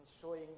showing